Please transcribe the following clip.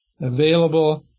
available